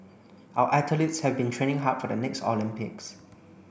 our athletes have been training hard for the next Olympics